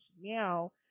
now